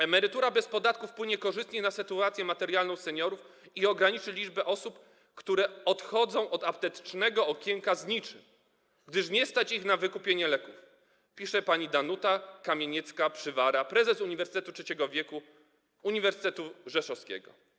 Emerytura bez podatków wpłynie korzystnie na sytuację materialną seniorów i ograniczy liczbę osób, które odchodzą od aptecznego okienka z niczym, gdyż nie stać ich na wykupienie leków - pisze pani Danuta Kamieniecka-Przywara, prezes Uniwersytetu Trzeciego Wieku Uniwersytetu Rzeszowskiego.